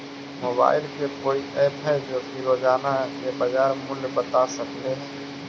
Mobile के कोइ app है जो कि रोजाना के बाजार मुलय बता सकले हे?